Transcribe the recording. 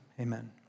amen